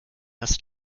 das